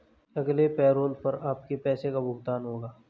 अगले पैरोल पर आपके पैसे का भुगतान होगा